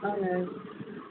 اہن حظ